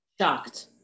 Shocked